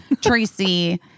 Tracy